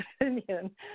opinion